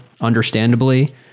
understandably